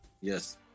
Yes